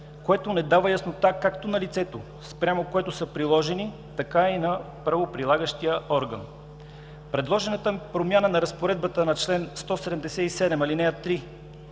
което не дава яснота както на лицето, спрямо което са приложени, така и на правоприлагащия орган. Предложената промяна на разпоредбата на чл. 177, ал. 3